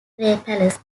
palace